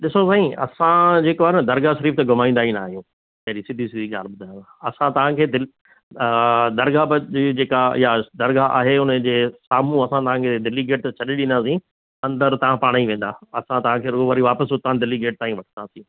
ॾिसो साईं असां जेको आहे न दरग़ाह शरीफ़ त घुमाईंदा ई न आहियूं पहिरीं सिधी सिधी ॻाल्हि ॿुधायांव असां तव्हांखे दि दरग़ाह जी जेका या दरग़ाह आहे उनजे साम्हूं असां तव्हांखे दिल्ली गेट ते छॾी ॾींदासीं अंदरि तव्हां पाण ई वेंदा असां तव्हांखे रू वरी वापिसि उतां दिल्ली गेट तां ई वठंदासीं